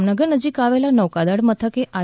જામનગર નજીક આવેલા નૌકાદળ મથક આઈ